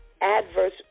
adverse